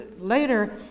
later